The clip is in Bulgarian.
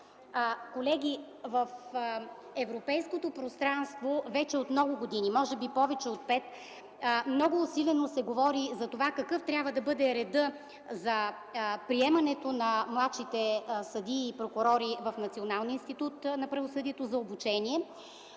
Колеги, в европейското пространство вече от много години, може би повече от пет, много усилено се говори за това какъв трябва да бъде редът за приемането на младшите съдии и младшите прокурори в Националния институт на правосъдието за обучение,